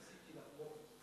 ניסיתי לחמוק מזה.